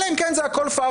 אלא אם כן הכול פרסה,